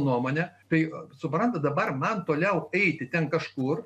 nuomonę tai suprantat dabar man toliau eiti ten kažkur